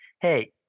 Hey